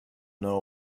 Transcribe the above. know